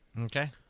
okay